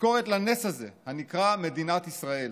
תזכורת לנס הזה הנקרא מדינת ישראל,